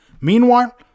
Meanwhile